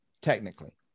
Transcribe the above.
technically